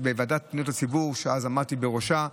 בוועדה לפניות הציבור, שאז עמדתי בראשה,